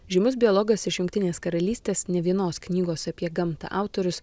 žymus biologas iš jungtinės karalystės ne vienos knygos apie gamtą autorius